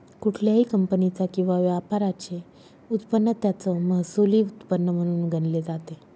कुठल्याही कंपनीचा किंवा व्यापाराचे उत्पन्न त्याचं महसुली उत्पन्न म्हणून गणले जाते